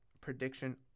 prediction